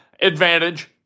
Advantage